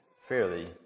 fairly